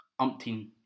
umpteen